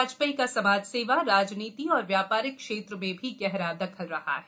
वाजपेयी जी का समाजसेवा राजनीति और व्यापारिक क्षेत्र में भी गहरा दखल रहा है